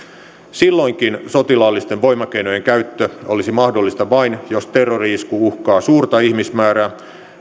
silloinkin sotilaallisten voimakeinojen käyttö olisi mahdollista vain jos terrori isku uhkaa suurta ihmismäärää